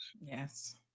Yes